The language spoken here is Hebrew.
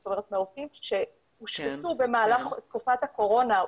זאת אומרת מהעובדים שהושבתו במהלך תקופת הקורונה,